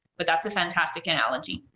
but that's a fantastic analog. yeah